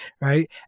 Right